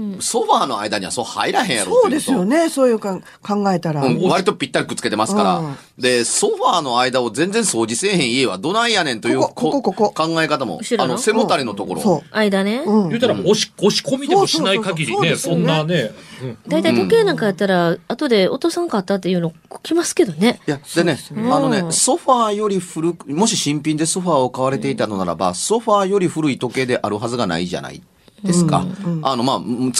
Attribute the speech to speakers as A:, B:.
A: うん。
B: ソファーの間にはそう入らへんやろっていうこと。
A: そうですよね。そういうかん- 考えたら。
B: うん。割とぴったりくっつけてますから。
A: うん、うん。
B: で、ソファーの間を全然掃除せえへん家はどないやねんという
A: ここ、ここ、
B: こ-
A: ここ。
B: 考え方も、あの、
C: 後ろの？
B: 背もたれのところ。
A: そう。
C: 間ね。
A: うん。
D: 言うたら、押し- 押し込みでもしない限りね、
A: そう、そう、そう、そう。そうですよね。
D: そんなね。うん。
A: うん。
C: 大体時計なんかやったら、後で、「お父さん買った」っていうの、こ- 来ますけどね。
A: うん。
B: いや、でね、
C: うん。
B: あのね、ソファーより古く、もし新品でソファーを買われていたのならば、
A: うん。
B: ソファーより古い時計であるはずがないじゃないですか。
C: うん。
A: うん。
B: あの、まあ、